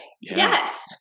yes